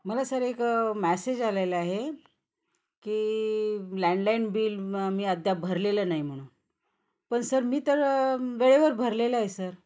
मला सर एक मॅसेज आलेला आहे की लँडलाईन बिल मग मी अद्या भरलेलं नाही म्हणून पण सर मी तर वेळेवर भरलेलं आहे सर